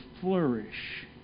flourish